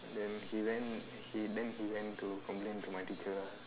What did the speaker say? then he went in he then he went to complain to my teacher ah